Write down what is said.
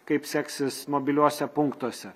kaip seksis mobiliuose punktuose